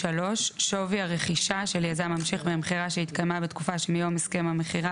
"שווי הרכישה של יזם ממשיך במכירה שהתקיימה בתקופה שמיום הסכם המכירה